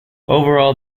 overall